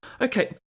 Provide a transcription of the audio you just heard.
Okay